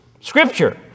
Scripture